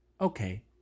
Okay